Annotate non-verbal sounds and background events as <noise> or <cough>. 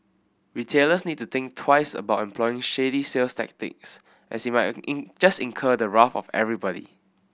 retailers need to think twice about employing shady sales tactics as it might <unintelligible> just incur the wrath of everybody